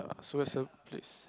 so where's the place